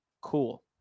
Cool